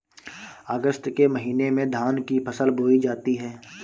अगस्त के महीने में धान की फसल बोई जाती हैं